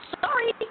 sorry